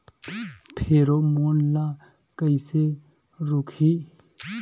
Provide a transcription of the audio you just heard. Pheromone ला कइसे रोकही?